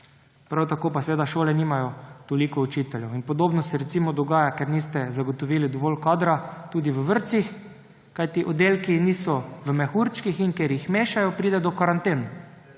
prav tako pa seveda šole nimajo toliko učiteljev. Podobno se recimo dogaja, ker niste zagotovili dovolj kadra tudi v vrtcih, kajti oddelki niso v mehurčkih in ker jih mešajo, pride do karanten,